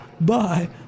Bye